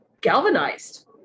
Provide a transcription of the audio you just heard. galvanized